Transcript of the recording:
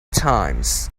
times